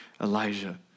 Elijah